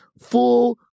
full